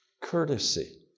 courtesy